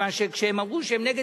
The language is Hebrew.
מכיוון כשהם אמרו שהם נגד,